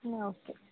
okay